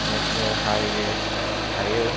national highway थायो